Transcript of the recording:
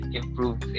improve